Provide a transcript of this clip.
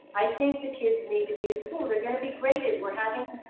i think that kids need to be in school. they're going to be graded. we're having,